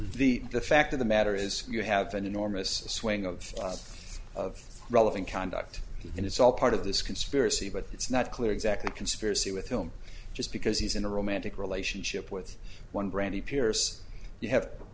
the the fact of the matter is you have an enormous swing of relevant conduct and it's all part of this conspiracy but it's not clear exactly conspiracy with him just because he's in a romantic relationship with one brandy pierce you have a